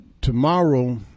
tomorrow